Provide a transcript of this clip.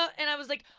and i was like,